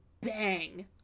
bang